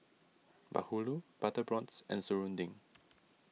Bahulu Butter Prawns and Serunding